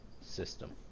system